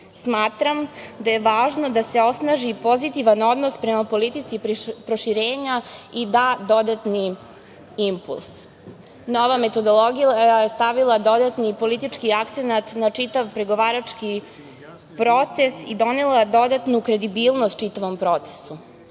da je važno da se osnaži pozitivan odnos prema politici proširenja i da dodatni impuls. Nova metodologija je stavila dodatni politički akcenat na čitav pregovarački proces i donela je dodatnu kredibilnost čitavom procesu. Takođe,